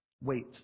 wait